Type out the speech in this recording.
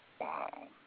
Wow